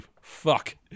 Fuck